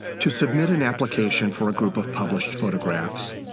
to submit an application for a group of published photographs,